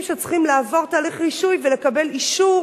שצריכים לעבור תהליך רישוי ולקבל אישור